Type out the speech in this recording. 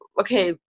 okay